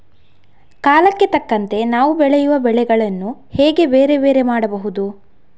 ಕಾಲಕ್ಕೆ ತಕ್ಕಂತೆ ನಾವು ಬೆಳೆಯುವ ಬೆಳೆಗಳನ್ನು ಹೇಗೆ ಬೇರೆ ಬೇರೆ ಮಾಡಬಹುದು?